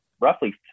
roughly